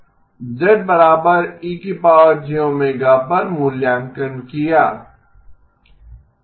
ze jω पर मूल्यांकन किया 1 के बराबर मैगनीटुड लें